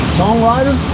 songwriter